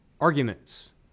arguments